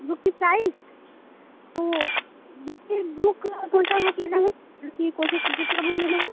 book की size तो देखिए बुक कौन सा बुक लेना है रुकिए कौन सा सब्जेक्ट का बुक लेना है